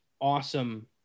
awesome